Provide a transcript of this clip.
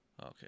okay